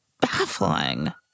baffling